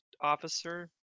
officer